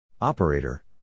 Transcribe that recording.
Operator